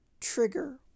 trigger